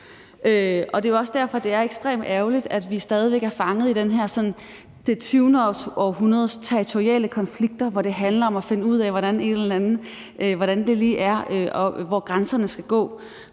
Det er også derfor, det er ekstremt ærgerligt, at vi stadig væk er fanget i det her med det 20. århundredes territoriale konflikter, hvor det handler om at finde ud af, hvor det lige er, grænserne skal gå.